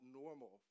normal